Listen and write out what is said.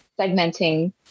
segmenting